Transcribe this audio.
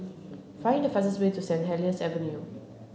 find the fastest way to Saint Helier's Avenue